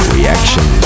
Reaction